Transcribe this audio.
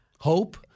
Hope